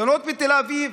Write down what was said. הפגנות בתל אביב,